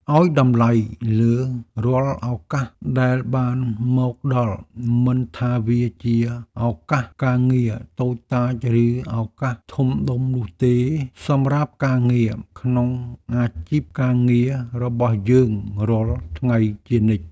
ឱ្យតម្លៃលើរាល់ឱកាសដែលបានមកដល់មិនថាវាជាឱកាសការងារតូចតាចឬឱកាសធំដុំនោះទេសម្រាប់ការងារក្នុងអាជីពការងាររបស់យើងរាល់ថ្ងៃជានិច្ច។